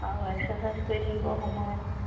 আৰু এক্সাৰচাইজ কৰি থাকিব সময়ত